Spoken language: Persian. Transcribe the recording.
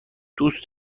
دوست